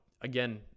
again